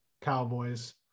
Cowboys